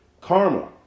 karma